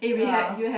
ya